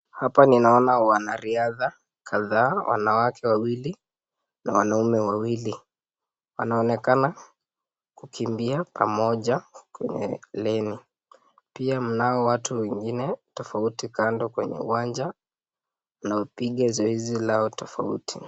Hapa ninaona wanariadha kadhaa, wanawake wawili na wanaume wawili. Wanaonekana kukimbia pamoja kwenye leni. Pia mnao watu wengine tofauti kando kwenye uwanja wanaopiga soezi yao tofauti.